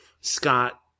scott